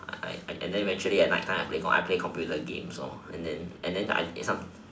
I I I then eventually at night time I play computer games and then and then I it's